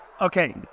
Okay